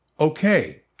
Okay